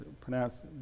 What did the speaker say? pronounced